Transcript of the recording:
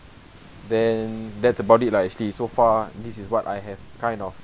then that's about it lah actually so far this is what I have kind of